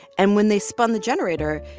and when they spun the generator,